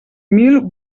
mil